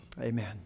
Amen